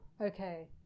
Okay